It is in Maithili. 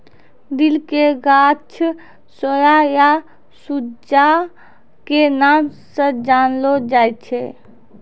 दिल के गाछ सोया या सूजा के नाम स जानलो जाय छै